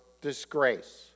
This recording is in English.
disgrace